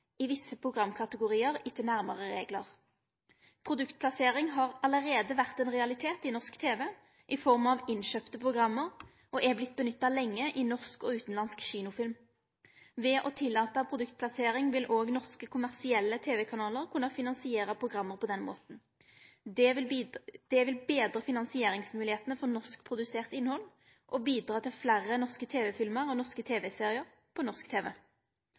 i visse programkategoriar etter nærmare reglar. Produktplassering har allereie vore ein realitet i norsk tv i form av innkjøpte program og har lenge vore nytta i norsk og utanlandsk kinofilm. Ved å tillate produktplassering vil òg norske kommersielle tv-kanalar kunne finansiere program på den måten. Det vil betre finansieringsmoglegheitene for norskprodusert innhald, og bidra til fleire norske tv-filmar og norske tv-seriar på norsk